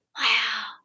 wow